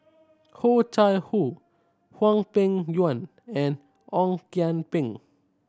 Oh Chai Hoo Hwang Peng Yuan and Ong Kian Peng